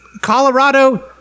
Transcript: colorado